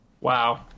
Wow